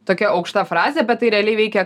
tokia aukšta frazė bet tai realiai veikia